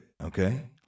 okay